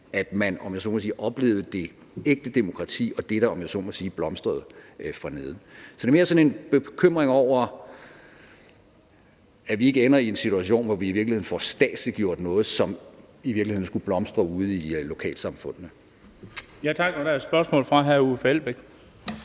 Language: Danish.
at man oplevede det ægte demokrati; det, der om jeg så må sige blomstrer fra neden. Så det er mere sådan en bekymring for, at vi ender i en situation, hvor vi i virkeligheden får statsliggjort noget, som i virkeligheden skulle blomstre ude i lokalsamfundene.